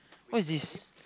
what is this